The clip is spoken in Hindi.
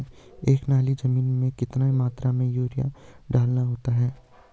एक नाली जमीन में कितनी मात्रा में यूरिया डालना होता है?